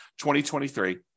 2023